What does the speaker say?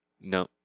No